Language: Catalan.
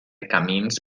camins